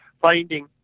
finding